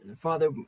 Father